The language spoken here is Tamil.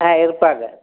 ஆ இருப்பாங்க